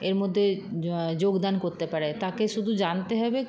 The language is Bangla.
এর মধ্যে যোগদান করতে পারে তাকে শুধু জানতে হবে